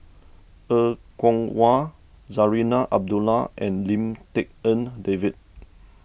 Er Kwong Wah Zarinah Abdullah and Lim Tik En David